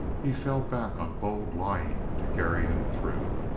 he fell back on bold lying to carry him through.